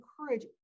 encourage